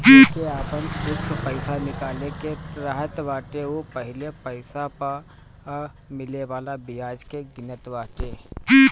जेके आपन फिक्स पईसा निकाले के रहत बाटे उ पहिले पईसा पअ मिले वाला बियाज के गिनत बाटे